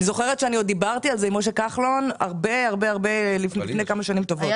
אני זוכרת שדיברתי על זה עם משה כחלון לפני כמה שנים טובות.